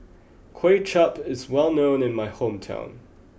Kuay Chap is well known in my hometown